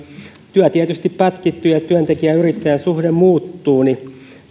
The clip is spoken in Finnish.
työ tietysti pätkittyy ja työntekijä yrittäjä suhde muuttuu ja